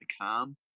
calm